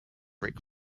ric